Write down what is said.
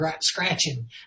scratching